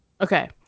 okay